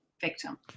victim